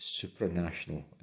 supranational